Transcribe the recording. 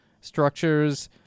structures